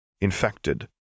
infected